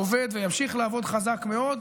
עובד וימשיך לעבוד חזק מאוד.